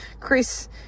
Chris